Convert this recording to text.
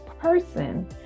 person